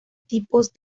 tipos